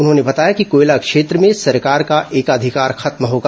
उन्होंने बताया कि कोयला क्षेत्र में सरकार का एकाधिकार खत्म होगा